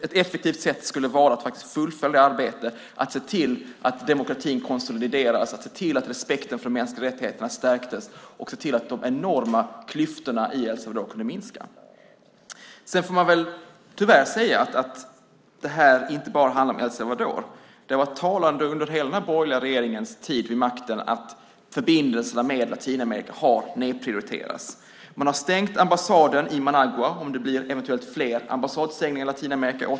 Ett effektivt sätt skulle vara att fullfölja arbetet, se till att demokratin konsoliderades, att respekten för de mänskliga rättigheterna stärktes och att de enorma klyftorna i El Salvador minskade. Det här handlar tyvärr inte bara om El Salvador. Under hela den borgerliga regeringens tid vid makten har förbindelserna med Latinamerika nedprioriterats. Man har stängt ambassaden i Managua. Det återstår att se om det eventuellt blir fler ambassadstängningar i Latinamerika.